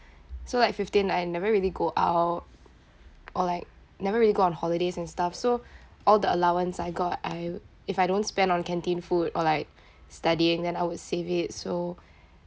so like fifteen I never really go out or like never really go on holidays and stuff so all the allowance I got I if I don't spend on canteen food or like studying then I would save it so